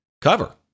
cover